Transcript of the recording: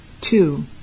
Two